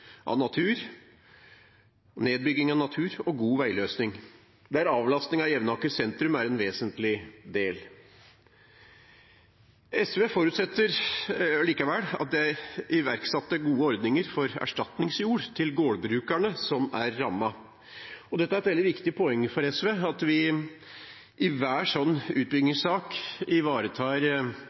av natur og god veiløsning, der avlastning av Jevnaker sentrum er en vesentlig del. SV forutsetter likevel at det iverksettes gode ordninger for erstatningsjord til gårdbrukerne som er rammet. Det er et veldig viktig poeng for SV at vi i hver utbyggingssak ivaretar